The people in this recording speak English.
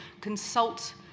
consult